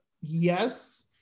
yes